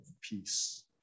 peace